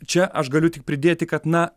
čia aš galiu tik pridėti kad na